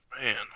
Man